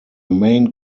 main